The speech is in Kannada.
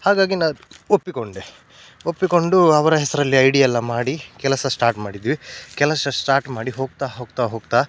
ಹಾಗಾಗಿ ನಾನು ಒಪ್ಪಿಕೊಂಡೆ ಒಪ್ಪಿಕೊಂಡು ಅವರ ಹೆಸರಲ್ಲಿ ಐ ಡಿಯೆಲ್ಲ ಮಾಡಿ ಕೆಲಸ ಸ್ಟಾರ್ಟ್ ಮಾಡಿದ್ವಿ ಕೆಲಸ ಸ್ಟಾರ್ಟ್ ಮಾಡಿ ಹೋಗ್ತಾ ಹೋಗ್ತಾ ಹೋಗ್ತಾ